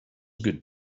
good